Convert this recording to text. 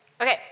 Okay